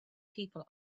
people